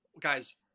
guys